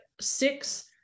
six